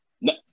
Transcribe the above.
No